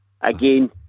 Again